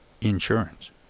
insurance